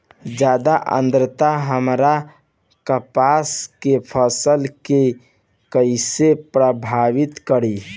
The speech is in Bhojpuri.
ज्यादा आद्रता हमार कपास के फसल कि कइसे प्रभावित करी?